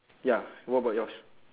ya what about yours